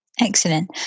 Excellent